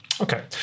Okay